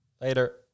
Later